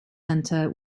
center